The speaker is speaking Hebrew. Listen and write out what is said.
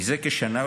מזה כשנה,